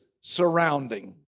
surrounding